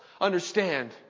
understand